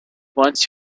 once